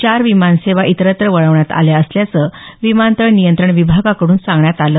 चार विमानसेवा इतरत्र वळवण्यात आल्या असल्याचं विमानतळ नियंत्रण विभागाकडून सांगण्यात आलं